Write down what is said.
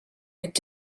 could